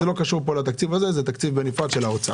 זה לא קשור לתקציב הזה אלא זה תקציב נפרד של האוצר.